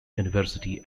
university